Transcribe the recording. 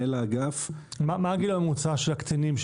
מה הגיל הממוצע של הקטינים?